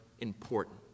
important